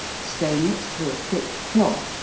strain it through a thick cloth,